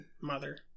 Mother